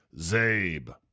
Zabe